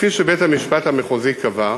וכפי שבית-המשפט המחוזי קבע: